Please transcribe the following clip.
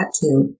tattoo